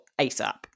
ASAP